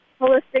holistic